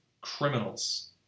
criminals